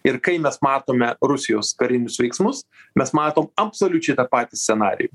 ir kai mes matome rusijos karinius veiksmus mes matom absoliučiai tą patį scenarijų